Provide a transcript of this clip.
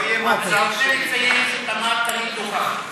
כאילו היא הצביעה, אבל היא לא הייתה פה.